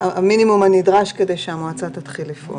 המינימום הנדרש כדי שהמוצע תתחיל לפעול.